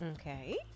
Okay